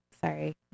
sorry